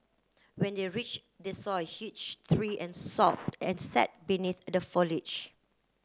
when they reach they saw a huge three and saw and sat beneath the foliage